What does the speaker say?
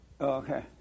Okay